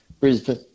Brisbane